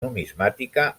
numismàtica